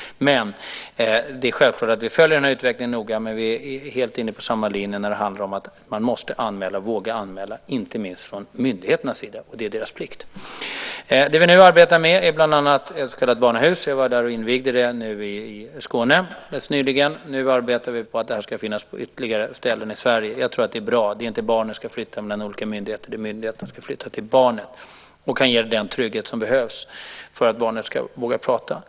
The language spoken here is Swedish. Det är självklart att vi följer utvecklingen noga. Vi är helt inne på samma linje, att man måste anmäla och våga anmäla, inte minst från myndigheternas sida. Det är deras plikt. Det vi nu arbetar med är bland annat ett så kallat barnahus. Jag var nere och invigde det i Skåne rätt nyligen. Nu arbetar vi för att sådana ska finnas på ytterligare ställen i Sverige. Jag tror att det är bra. Det är inte barnen som ska flytta mellan olika myndigheter, utan det är myndigheten som ska flytta till barnet och ge den trygghet som behövs för att barnet ska våga prata.